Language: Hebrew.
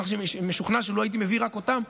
אני משוכנע שלו הייתי מביא רק אותן,